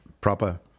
proper